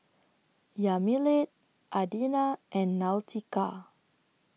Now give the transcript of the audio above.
Yamilet Adina and Nautica